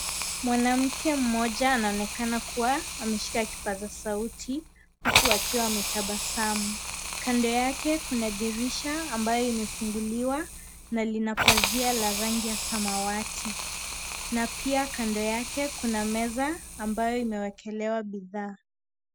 Mwanamke mmoja anaonekana kuwa ameshika kipazasauti huku akiwa ametabasamu. Kando yake kuna dirisha ambayo imefunguliwa na lina pazia la rangi ya samawati na pia kando yake kuna meza ambayo imewekelewa bidhaa.